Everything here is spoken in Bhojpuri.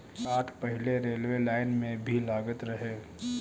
काठ पहिले रेलवे लाइन में भी लागत रहे